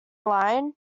line